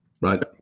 Right